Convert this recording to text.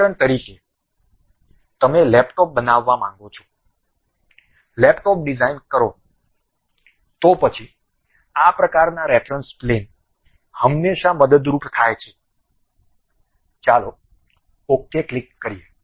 ઉદાહરણ તરીકે તમે લેપટોપ બનાવવા માંગો છો લેપટોપ ડિઝાઇન કરો તો પછી આ પ્રકારના રેફરન્સ પ્લેન હંમેશા મદદરૂપ થાય છે ચાલો ok ક્લિક કરીએ